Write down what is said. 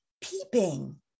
peeping